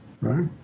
Right